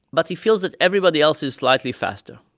but he feels that everybody else is slightly faster.